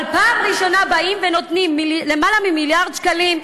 אבל פעם ראשונה באים ונותנים יותר ממיליארד שקלים,